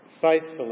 faithfully